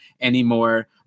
anymore